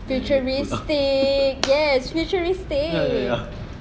futuristic yes futuristic